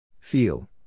Feel